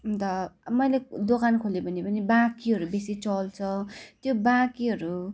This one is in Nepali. अन्त मैले दोकान खोले भने पनि बाँकीहरू बेसी चल्छ त्यो बाँकीहरू